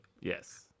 Yes